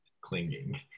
Clinging